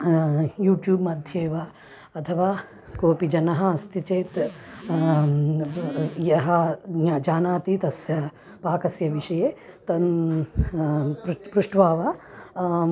YouTube मध्ये वा अथवा कोपि जनः अस्ति चेत् यः ज्ञा जानाति तस्य पाकस्य विषये तान् प्र् पृष्ट्वा वा